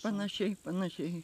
panašiai panašiai